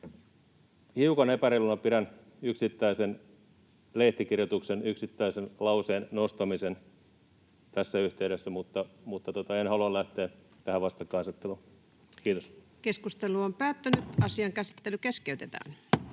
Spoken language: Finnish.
Hiukan epäreiluna pidän yksittäisen lehtikirjoituksen yksittäisen lauseen nostamista tässä yhteydessä, mutta en halua lähteä tähän vastakkainasetteluun. — Kiitos. [Speech 187] Speaker: Ensimmäinen